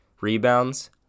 rebounds